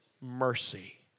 mercy